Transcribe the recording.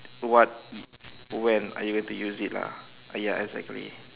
what when are you going to use it lah ah ya exactly